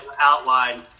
outlined